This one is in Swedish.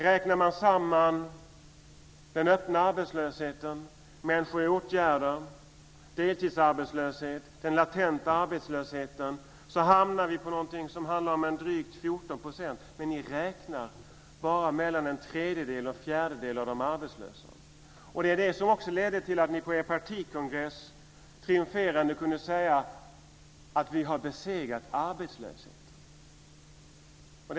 Räknar man samman den öppna arbetslösheten, människor i åtgärder, deltidsarbetslöshet och den latenta arbetslösheten hamnar vi på drygt 14 %, men ni räknar bara mellan en tredjedel och en fjärdedel av de arbetslösa. Detta ledde också till att ni på er partikongress triumferande kunde säga: Vi har besegrat arbetslösheten.